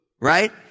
Right